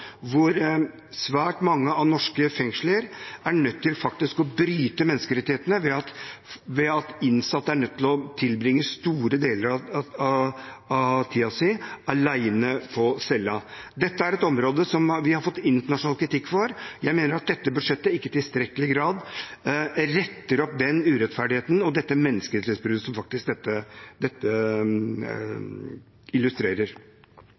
hvor svært mange av norske fengsler er nødt til å bryte menneskerettighetene, ved at innsatte er nødt til å tilbringe store deler av tiden sin alene på cella. Dette er et område der vi har fått internasjonal kritikk. Jeg mener at dette budsjettet ikke i tilstrekkelig grad retter opp den urettferdigheten og det menneskerettighetsbruddet som dette faktisk illustrerer.